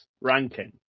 ranking